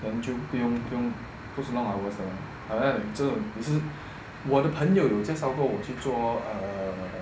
then 就不用不用不是 long hours 了 like that 这种是我的朋友有介绍过我去 err